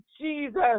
Jesus